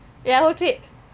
ya whole trip